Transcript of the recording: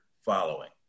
following